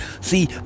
See